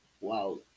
wow